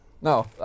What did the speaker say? No